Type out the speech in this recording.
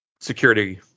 security